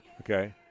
okay